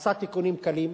עשה תיקונים קלים,